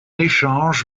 échange